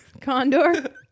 Condor